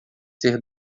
ser